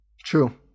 True